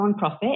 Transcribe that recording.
nonprofit